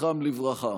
זכרם לברכה.